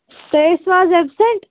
تُہۍ ٲسوٕ اَز اٮ۪بسینٛٹ